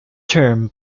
term